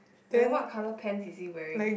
wait what colour pants is he wearing